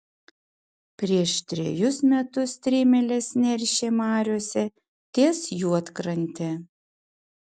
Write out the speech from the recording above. prieš trejus metus strimelės neršė mariose ties juodkrante